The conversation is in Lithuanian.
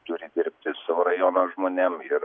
turi dirbti su rajono žmonėm ir